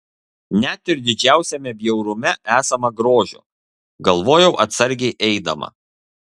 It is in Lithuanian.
net ir didžiausiame bjaurume esama grožio galvojau atsargiai eidama